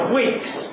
weeks